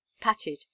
patted